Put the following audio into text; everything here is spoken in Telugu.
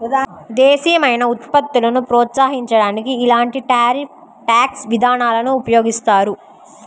దేశీయమైన ఉత్పత్తులను ప్రోత్సహించడానికి ఇలాంటి టారిఫ్ ట్యాక్స్ విధానాలను ఉపయోగిస్తారు